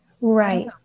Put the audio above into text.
right